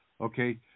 Okay